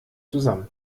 zusammen